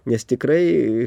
nes tikrai